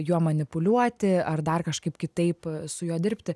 juo manipuliuoti ar dar kažkaip kitaip su juo dirbti